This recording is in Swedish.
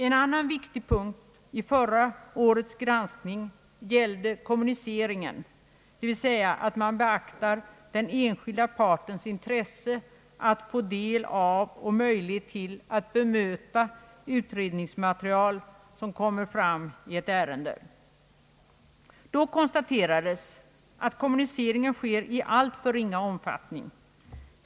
En annan viktig punkt i förra årets granskning gällde kommuniceringen, dvs. att den enskilda partens intresse av att få del av och möjlighet till att be möta utredningsmaterial som kommer fram i ett ärende borde beaktas. Då konstaterades att kommunicering sker i alltför ringa omfattning.